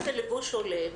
מה זה לבוש הולם?